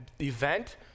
event